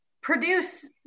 produce